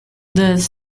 does